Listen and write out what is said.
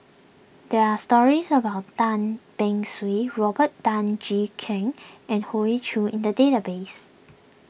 there are stories about Tan Beng Swee Robert Tan Jee Keng and Hoey Choo in the database